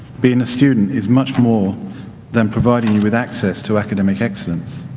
being a student is much more than providing you with access to academic excellence.